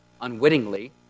unwittingly